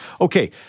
Okay